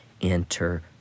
enter